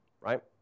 right